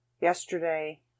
yesterday